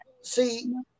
See